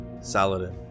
Saladin